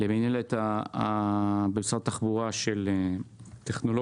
לבין המינהלת במשרד התחבורה של טכנולוגיות,